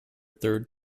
third